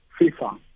FIFA